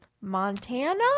Montana